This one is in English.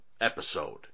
episode